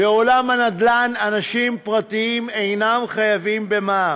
בעולם הנדל"ן אנשים פרטיים אינם חייבים במע"מ.